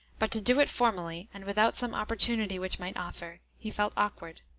but to do it formally, and without some opportunity which might offer, he felt awkward.